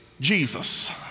Jesus